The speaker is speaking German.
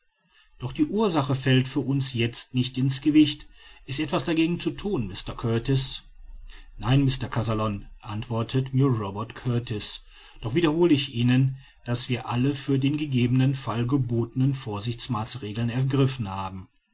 doch die ursache fällt für uns jetzt nicht in's gewicht ist etwas dagegen zu thun mr kurtis nein mr kazallon antwortet mir robert kurtis doch wiederhole ich ihnen daß wir alle für den gegebenen fall gebotenen vorsichtsmaßregeln ergriffen haben